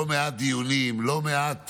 לא מעט דיונים, לא מעט